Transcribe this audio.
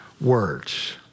words